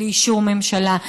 בלי אישור ממשלה,